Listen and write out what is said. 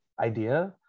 idea